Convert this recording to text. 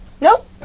Nope